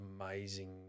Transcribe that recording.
amazing